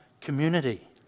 community